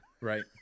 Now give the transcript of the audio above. Right